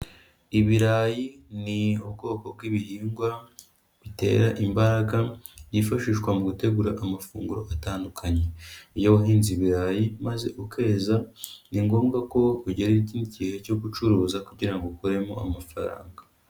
Ibirayi ni ubwoko bw'ibihingwa bitera imbaraga byifashishwa mu gutegura amafunguro atandukanye, iyo wahinze ibirayi maze ukeza ni ngombwa ko ugera igihe cyo gucuruza kugira ngo ukuremo amafaranga.